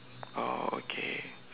oh okay